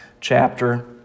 chapter